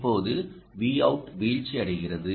இப்போது Vout வீழ்ச்சியடைகிறது